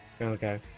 Okay